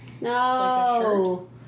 No